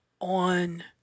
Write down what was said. On